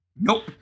Nope